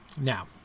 Now